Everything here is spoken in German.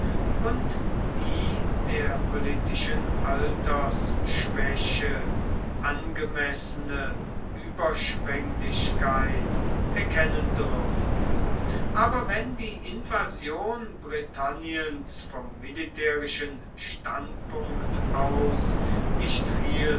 und die der politischen altersschwäche angemessene überschwenglichkeit erkennen dürfen aber wenn die invasion britanniens vom militärischen standpunkt aus nicht